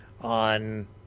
on